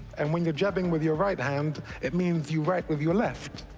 and when you're jabbing with your right hand, it means you write with your left.